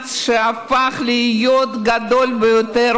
משרד שהפך להיות גדול ביותר.